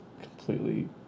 completely